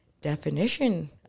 definition